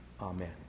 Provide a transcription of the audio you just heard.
Amen